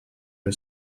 her